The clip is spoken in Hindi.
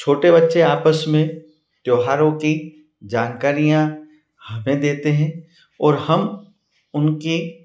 छोटे बच्चे आपस में त्योहारों की जानकारियाँ हमें देते हैं और हम उनके